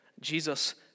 Jesus